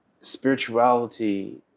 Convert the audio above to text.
spirituality